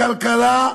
כלום בכלכלה,